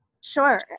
Sure